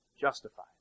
justified